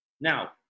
Now